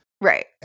Right